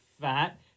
Fat